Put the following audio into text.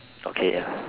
okay ah